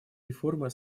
реформы